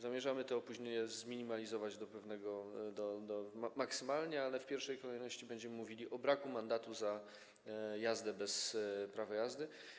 Zamierzamy te opóźnienia zminimalizować maksymalnie, ale w pierwszej kolejności będziemy mówili o braku mandatu za jazdę bez prawa jazdy.